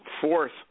Fourth